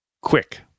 quick